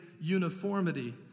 uniformity